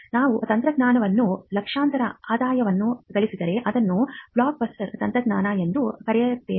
ನಾವು ತಂತ್ರಜ್ಞಾನವನ್ನು ಲಕ್ಷಾಂತರ ಆದಾಯವನ್ನು ಗಳಿಸಿದರೆ ಅದನ್ನು ಬ್ಲಾಕ್ಬಸ್ಟರ್ ತಂತ್ರಜ್ಞಾನ ಎಂದು ಕರೆಯುತ್ತೇವೆ